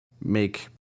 make